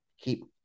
keep